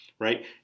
right